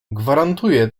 gwarantuje